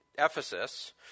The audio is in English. Ephesus